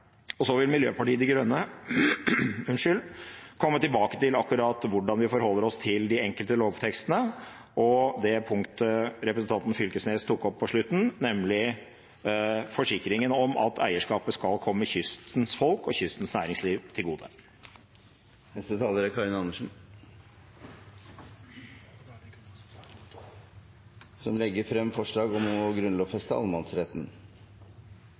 Så vil Miljøpartiet De Grønne komme tilbake til hvordan vi forholder oss til de enkelte lovtekstene og det punktet representanten Knag Fylkesnes tok opp på slutten, nemlig forsikringen om at eierskapet skal komme kystens folk og kystens næringsliv til gode. Flere har ikke bedt om ordet til grunnlovsforslagene 23 og 26. Jeg legger fram dette forslaget med stor glede fordi allemannsretten